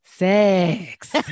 Sex